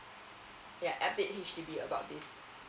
yeah update H_D_B about this